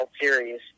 Series